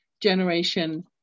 generation